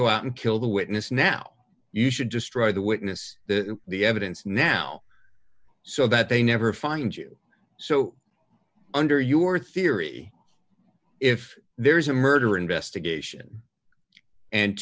go out and kill the witness now you should destroy the witness the evidence now so that they never find you so under your theory if there is a murder investigation and